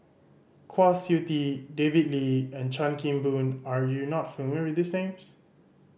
Kwa Siew Tee David Lee and Chan Kim Boon are you not familiar with these names